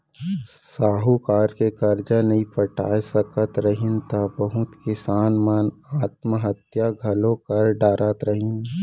साहूकार के करजा नइ पटाय सकत रहिन त बहुत किसान मन आत्म हत्या घलौ कर डारत रहिन